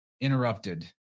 interrupted